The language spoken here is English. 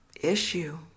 issue